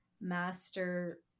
master